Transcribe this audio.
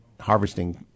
harvesting